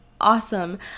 awesome